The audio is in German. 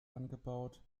angebaut